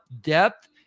depth